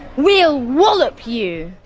we'll wallop you.